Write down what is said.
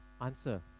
answer